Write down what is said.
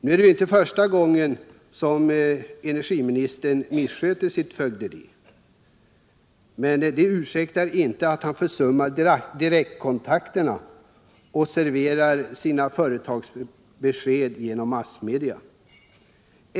Det är nu inte första gången som energiministern missköter sitt fögderi, men det ursäktar inte att han försummar direktkontakterna och serverar sina företagsbesked genom massmedia.